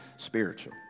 spiritual